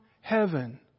heaven